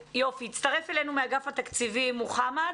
הצטרף אלינו מאגף התקציבים מוחמד.